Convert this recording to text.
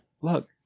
look